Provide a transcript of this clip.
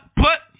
put